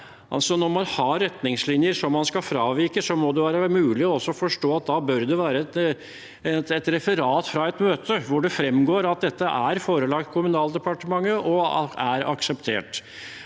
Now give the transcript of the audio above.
Når man har retningslinjer som man fraviker, må det være mulig å forstå at det da bør være et referat fra møtet hvor det fremgår at dette er forelagt Kommunaldepartementet, og at det er akseptert.